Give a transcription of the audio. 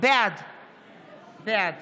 בעד ווליד טאהא, בעד